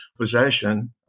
possession